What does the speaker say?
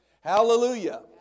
hallelujah